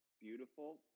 beautiful